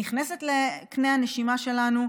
נכנסת לקנה הנשימה שלנו,